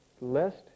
lest